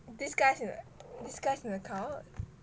this guy is in a this guy is in a cult